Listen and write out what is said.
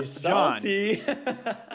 John